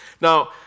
Now